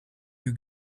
you